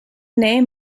name